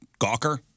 Gawker